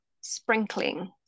sprinkling